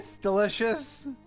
delicious